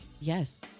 Yes